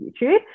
YouTube